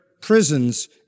prisons